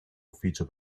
ufficio